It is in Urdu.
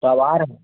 سوار ہے